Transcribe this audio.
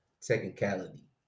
technicality